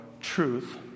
truth